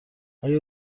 آیا